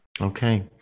Okay